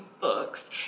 books